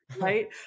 right